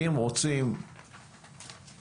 ואם רוצים להציל